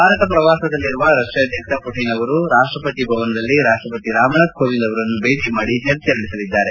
ಭಾರತ ಪ್ರವಾಸದಲ್ಲಿರುವ ರಷ್ಯಾ ಅಧ್ಯಕ್ಷ ಪುಟಿನ್ ಅವರು ರಾಷ್ಟ ಪತಿ ಭವನದಲ್ಲಿ ರಾಷ್ಟಪತಿ ರಾಮನಾಥ್ ಕೋವಿಂದ್ ಅವರನ್ತು ಭೇಟಿ ಮಾಡಿ ಚರ್ಚೆ ನಡೆಸಲಿದ್ದಾರೆ